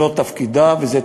זה תפקידה וזה תפקידי.